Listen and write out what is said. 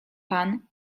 pan